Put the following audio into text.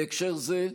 בהקשר זה,